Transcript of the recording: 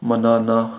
ꯃꯥꯟꯅꯅ